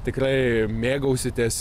tikrai mėgausitės